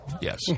yes